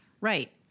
Right